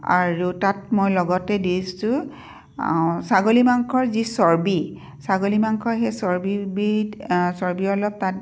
আৰু তাত মই লগতে দিছো ছাগলী মাংসৰ যি চৰ্বী ছাগলী মাংসৰ সেই চৰ্বীবিধ চৰ্বী অলপ তাত